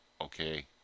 Okay